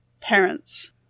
parents